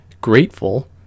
grateful